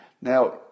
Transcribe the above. Now